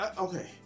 okay